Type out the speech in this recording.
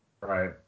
Right